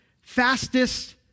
fastest